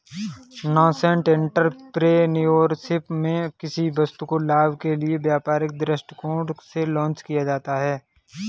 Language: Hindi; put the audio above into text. नासेंट एंटरप्रेन्योरशिप में किसी वस्तु को लाभ के लिए व्यापारिक दृष्टिकोण से लॉन्च किया जाता है